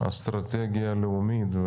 אסטרטגיה לאומית.